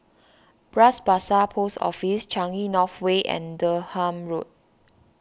Bras Basah Post Office Changi North Way and Durham Road